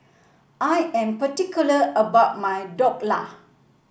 I am particular about my Dhokla